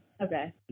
Okay